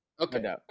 Okay